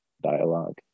dialogue